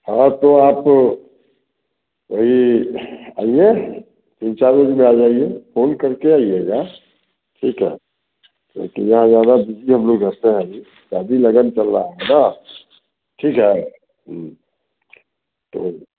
हाँ तो आप वही आइए तीन चार दिन में आ जाइए फ़ोन कर के आइएगा ठीक है क्योंकि यहाँ ज़्यादा बिजी हम लोग रहते हैं अभी काफ़ी लगन चल रहे हैं ना ठीक है तो